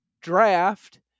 draft